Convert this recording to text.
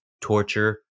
torture